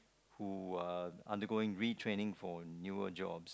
who are undergoing retraining for newer jobs